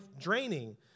draining